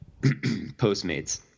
Postmates